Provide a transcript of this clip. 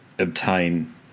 Obtain